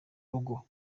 rugo